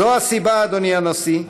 זו הסיבה, אדוני הנשיא,